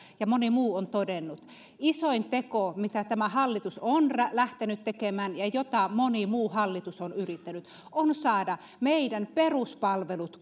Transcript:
ja moni muu on aiemmissa puheenvuoroissa todennut isoin teko mitä tämä hallitus on lähtenyt tekemään ja jota moni muu hallitus on yrittänyt on yritys saada meidän peruspalvelut